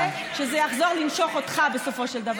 תקיים שוויון זכויות לכל אזרחיה.